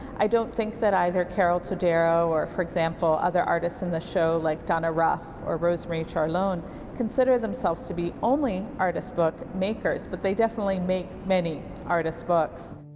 i don't think that either carol todaro or, for example, other artists in the show like donna ruff or rosemarie chiarlone consider themselves to be only artist book makers. but they definitely make many artist books.